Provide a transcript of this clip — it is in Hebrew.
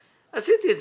הם לא היו אז,